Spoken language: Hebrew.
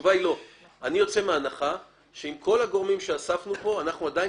יוצא מתוך הנחה שאפילו עם כל הגורמים שאספנו עדיין